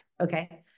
Okay